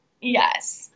Yes